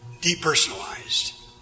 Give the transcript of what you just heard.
depersonalized